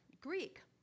Greek